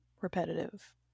repetitive